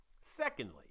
Secondly